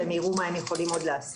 והם יראו מה הם יכולים עוד לעשות.